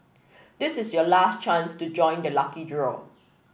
this is your last chance to join the lucky draw